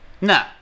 No